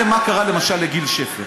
ראיתם מה קרה למשל לגיל שפר.